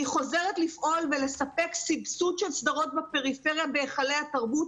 חוזרת לפעול ולספק סבסוד של סדרות בפריפריה בהיכלי התרבות.